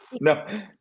no